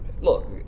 look